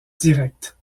directe